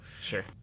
Sure